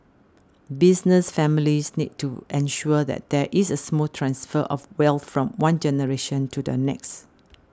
business families need to ensure that there is a smooth transfer of wealth from one generation to the next